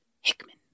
Hickman